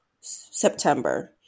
September